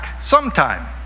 sometime